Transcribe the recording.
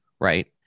right